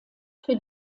für